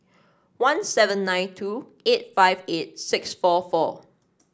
one seven nine two eight five eight six four four